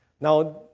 Now